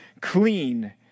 clean